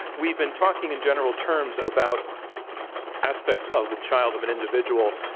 we've been talking in general terms about aspects of the child, of an individual,